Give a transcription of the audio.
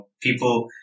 people